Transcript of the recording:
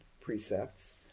precepts